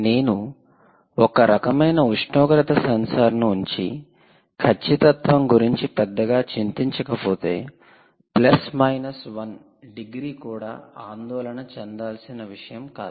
నేను ఒక రకమైన ఉష్ణోగ్రత సెన్సార్ను ఉంచి ఖచ్చితత్వం గురించి పెద్దగా చింతించకపోతే ప్లస్ మైనస్ 1 డిగ్రీ కూడా ఆందోళన చెందాల్సిన విషయం కాదు